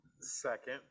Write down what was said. Second